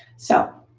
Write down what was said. so